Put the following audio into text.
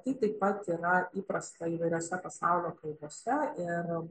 tai taip pat yra įprasta įvairiose pasaulio kalbose ir